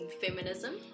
feminism